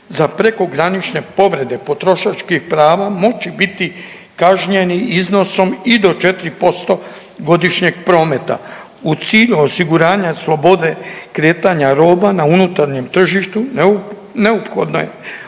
za prekogranične povrede potrošačkih prava moći biti kažnjeni iznosom i do 4% godišnjeg prometa. U cilju osiguranja slobode kretanja roba na unutarnjem tržištu neophodno je